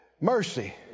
mercy